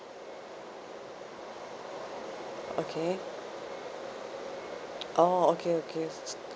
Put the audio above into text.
okay oh okay okay